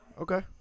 Okay